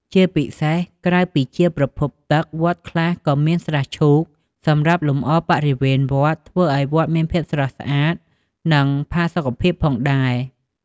ជាពិសេសក្រៅពីជាប្រភពទឹក វត្តខ្លះក៏មាន ស្រះឈូក សម្រាប់លម្អបរិវេណវត្ត ធ្វើឱ្យវត្តមានភាពស្រស់ស្អាត និងផាសុកភាពផងដែរ។